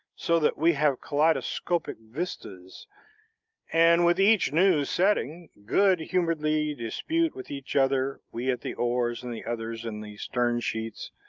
so that we have kaleidoscopic vistas and with each new setting, good-humoredly dispute with each other, we at the oars, and the others in the stern-sheets,